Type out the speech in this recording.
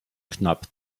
knapp